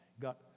Got